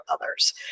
others